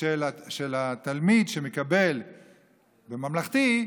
של התלמיד שמקבל בממלכתי,